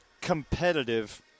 competitive